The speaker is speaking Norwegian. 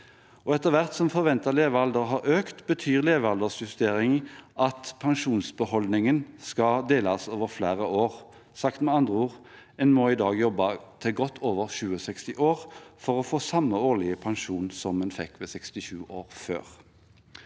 Etter hvert som forventet levealder har økt, betyr levealdersjusteringen at pensjonsbeholdningen skal deles over flere år. Sagt med andre ord: En må i dag jobbe til godt over 67 år for å få samme årlige pensjon som en før fikk ved 67 år.